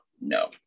No